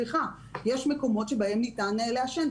לעשות מקומות בהם ניתן לעשן.